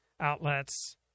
outlets